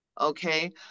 okay